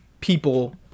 people